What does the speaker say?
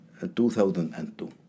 2002